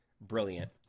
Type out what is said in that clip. brilliant